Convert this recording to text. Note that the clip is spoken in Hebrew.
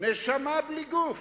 נשמה בלי גוף.